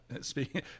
speaking